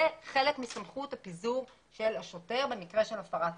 זה חלק מסמכות הפיזור של השוטר במקרה של הפרת סדר.